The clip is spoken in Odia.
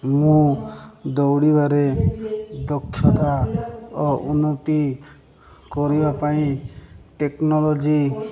ମୁଁ ଦୌଡ଼ିବାରେ ଦକ୍ଷତା ଓ ଉନ୍ନତି କରିବା ପାଇଁ ଟେକ୍ନୋଲୋଜି